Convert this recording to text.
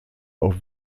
auf